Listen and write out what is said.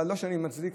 לא שאני מצדיק.